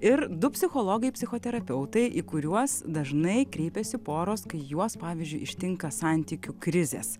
ir du psichologai psichoterapeutai į kuriuos dažnai kreipiasi poros kai juos pavyzdžiui ištinka santykių krizės